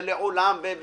שלעולם לא.